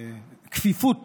הכפיפות